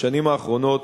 בשנים האחרונות